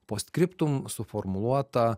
post skriptum suformuluotą